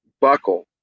buckle